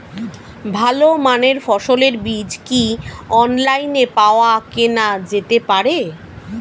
ভালো মানের ফসলের বীজ কি অনলাইনে পাওয়া কেনা যেতে পারে?